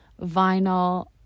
vinyl